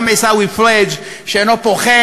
גם עיסאווי פריג' שאינו פוחד,